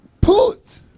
put